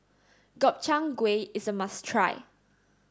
Gobchang Gui is a must try